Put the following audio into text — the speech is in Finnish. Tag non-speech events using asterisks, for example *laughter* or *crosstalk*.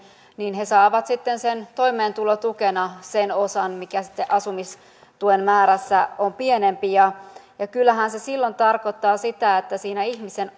niin he saavat toimeentulotukena sen osan mikä sitten asumistuen määrässä on pienempi kyllähän se silloin tarkoittaa sitä että siinä ihmisen *unintelligible*